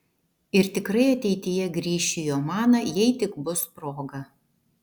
ir tikrai ateityje grįšiu į omaną jei tik bus proga